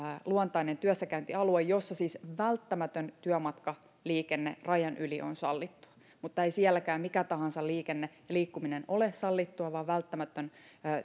luontainen työssäkäyntialue jossa siis välttämätön työmatkaliikenne rajan yli on sallittua mutta ei sielläkään mikä tahansa liikkuminen ole sallittua vaan välttämätön